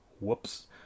Whoops